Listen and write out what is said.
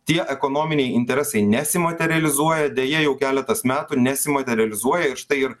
tie ekonominiai interesai nesimaterializuoja deja jau keletas metų nesimaterializuoja ir štai ir